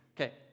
okay